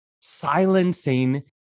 silencing